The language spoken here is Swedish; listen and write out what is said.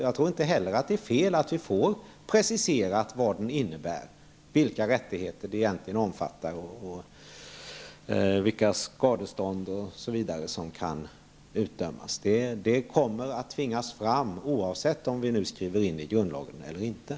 Jag tror inte heller att det är fel att precisera vad allemansrätten innebär, vilka rättigheter den egentligen omfattar, vilka skadestånd som kan utdömas osv. Detta kommer att tvingas fram oavsett om allemansrätten skrivs in i grundlagen eller ej.